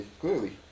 Clearly